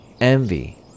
envy